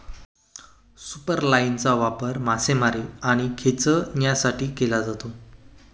सुपरलाइनचा वापर मासेमारी आणि खेचण्यासाठी केला जातो